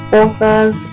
authors